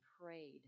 prayed